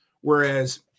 Whereas